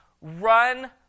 Run